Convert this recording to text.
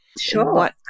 Sure